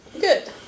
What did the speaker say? Good